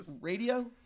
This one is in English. Radio